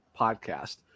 podcast